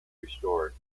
restored